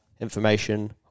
information